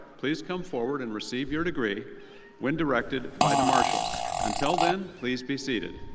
please come forward and receive your degree when directed by the marshals. until then, please be seated.